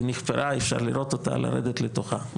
היא נחפרה, אפשר לראות אותה, לרדת לתוכה.